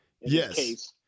Yes